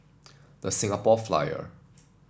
The Singapore Flyer